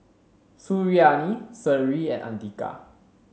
Suriani Seri and Andika